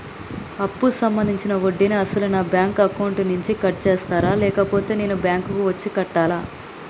అప్పు సంబంధించిన వడ్డీని అసలు నా బ్యాంక్ అకౌంట్ నుంచి కట్ చేస్తారా లేకపోతే నేను బ్యాంకు వచ్చి కట్టాలా?